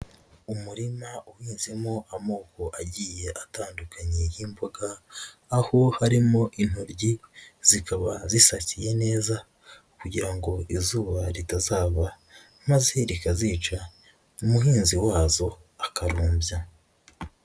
Umurima uhinzemo amoko agiye atandukanye y'imboga, aho harimo intoryi zikaba zisasiye neza kugira ngo izuba ritazava maze rikazica umuhinzi wazo akarumbya.